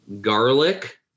garlic